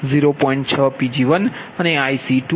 6Pg1 અને IC2 4 0